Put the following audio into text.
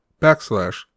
backslash